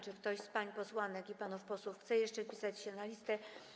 Czy ktoś z pań posłanek i panów posłów chce jeszcze wpisać się na listę?